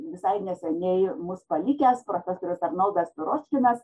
visai neseniai mus palikęs profesorius arnoldas piročkinas